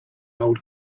old